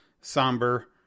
somber